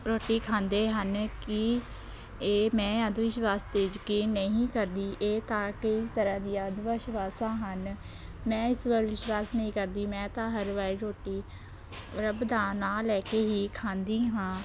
ਰੋਟੀ ਖਾਂਦੇ ਹਨ ਕਿ ਇਹ ਮੈਂ ਅੰਧ ਵਿਸ਼ਵਾਸ 'ਤੇ ਯਕੀਨ ਨਹੀਂ ਕਰਦੀ ਇਹ ਤਾਂ ਕਈ ਤਰ੍ਹਾਂ ਦੀਆਂ ਅੰਧ ਵਿਸ਼ਵਾਸਾਂ ਹਨ ਮੈਂ ਇਸ ਪਰ ਵਿਸ਼ਵਾਸ ਨਹੀਂ ਕਰਦੀ ਮੈਂ ਤਾਂ ਹਰ ਵਾਰੀ ਰੋਟੀ ਰੱਬ ਦਾ ਨਾਂ ਲੈ ਕੇ ਹੀ ਖਾਂਦੀ ਹਾਂ